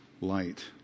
Light